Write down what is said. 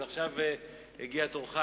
אז עכשיו הגיע תורך,